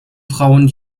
frauen